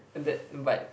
that but